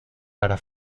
para